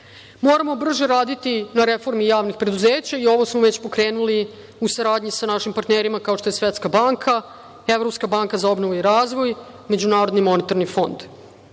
rade. Moramo brže raditi na reformi javnih preduzeća i ovo smo već pokrenuli u saradnji sa našim partnerima kao što je Svetska banka, Evropska banka za obnovu i razvoj, Međunarodni monetarni fond.